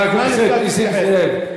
חבר הכנסת נסים זאב.